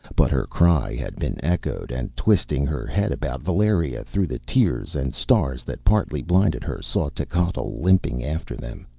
but her cry had been echoed, and twisting her head about, valeria, through the tears and stars that partly blinded her, saw techotl limping after them.